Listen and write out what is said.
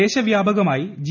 ദേശവ്യാപകമായി G